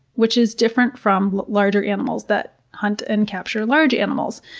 which is different from larger animals that hunt and capture large animals.